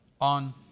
on